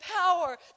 power